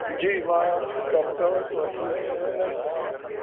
जी मां डॉक्टर वटि वठी वञणु लाइ चवांसि थो